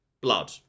Blood